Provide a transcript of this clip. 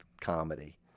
comedy